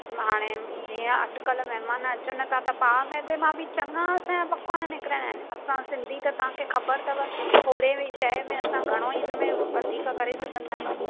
हाणे जीअं अॼुकल्ह महिमान अचनि था त पाउ मेदे में बि चंङा असांजा पकवान निकिरंदा आहिनि असां सिंधी त तव्हांखे ख़बर अथव थोरे बि शइ में असां घणो ई हिन में वधीक करे सघंदा आहियूं